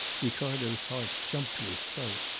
ricardo's heart jumped to his throat.